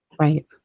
Right